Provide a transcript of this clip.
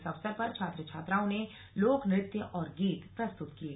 इस अवसर पर छात्र छात्राओं ने लोकनृत्य और गीत प्रस्तुत किये